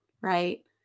right